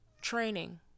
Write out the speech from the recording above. training